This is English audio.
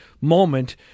moment